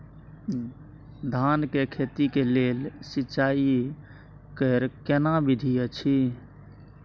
धान के खेती के लेल सिंचाई कैर केना विधी अछि?